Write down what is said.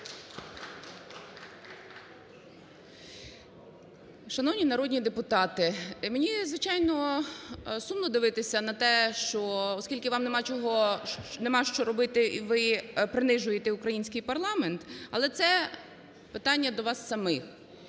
Шановні народні депутати, мені, звичайно, сумно дивитися на те, що… оскільки вам нема чого… нема що робити, ви принижуєте український парламент, але це питання до вас самих,